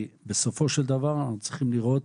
בסופו של דבר אנחנו צריכים לראות